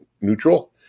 neutral